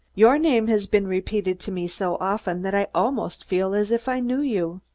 your name has been repeated to me so often that i almost feel as if i knew you.